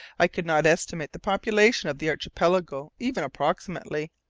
i could not estimate the population of the archipelago even approximately.